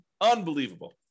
Unbelievable